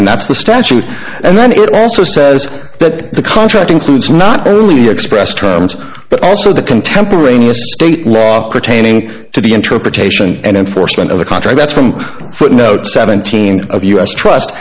and that's the statute and then it also says that the contract includes not only expressed terms but also the contemporaneous state laws pertaining to the interpretation and enforcement of a contract that's from footnote seventeen of us trust